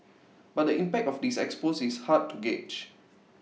but the impact of this expose is hard to gauge